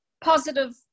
positive